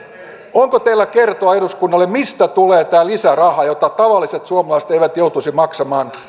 onko teillä kertoa eduskunnalle mistä tulee tämä lisäraha jota tavalliset suomalaiset eivät joutuisi maksamaan